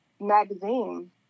magazine